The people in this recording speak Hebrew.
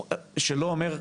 שלא אומר,